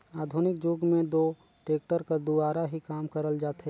आधुनिक जुग मे दो टेक्टर कर दुवारा ही काम करल जाथे